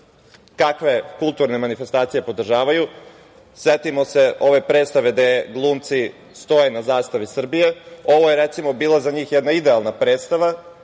kakve kulturne manifestacije podržavaju. Setimo se predstave gde glumci stoje na zastavi Srbije. Ovo je za njih bila jedna idealna predstava,